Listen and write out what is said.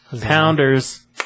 Pounders